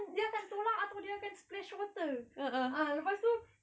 dia akan tolak atau dia akan splash water ah lepas tu